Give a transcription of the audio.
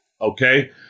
okay